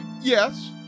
yes